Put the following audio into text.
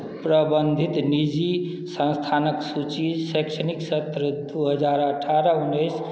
प्रबन्धित निजी सन्स्थानक सूची शैक्षणिक सत्र दू हजार अठारह उन्नैस